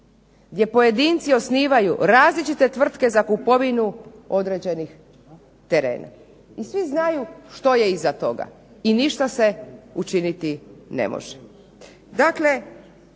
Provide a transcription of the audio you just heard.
Gdje pojedinci osnivaju različite tvrtke za kupovinu određenih terena, i svi znaju što je iza toga i ništa se učiniti ne može.